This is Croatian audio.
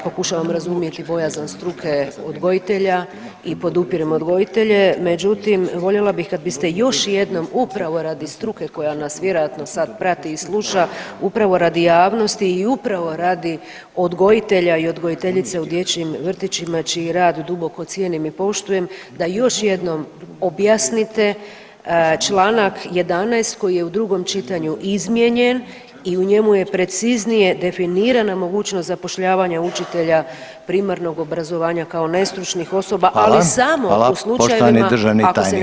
Pokušavam razumjeti bojazan struke odgojitelja i podupirem odgojitelje, međutim voljela bih kada biste još jednom upravo radi struke koja nas vjerojatno sad prati i sluša upravo radi javnosti i upravo radi odgojitelja i odgojiteljice u dječjim vrtićima čiji rad duboko cijenim i poštujem, da još jednom objasnite članak 11. koji je u drugom čitanju izmijenjen i u njemu je preciznije definirana mogućnost zapošljavanja učitelja primarnog obrazovanja kao nestručnih osoba, ali samo u slučajevima [[Upadica Reiner: Hvala.]] ako se na natječaj ne jave odgojitelji.